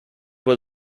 were